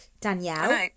Danielle